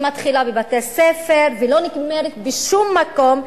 שמתחילה בבתי-ספר ולא נגמרת בשום מקום,